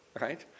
right